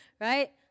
right